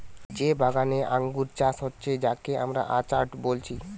যে বাগানে আঙ্গুর চাষ হচ্ছে যাকে আমরা অর্চার্ড বলছি